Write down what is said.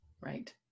right